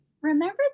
remember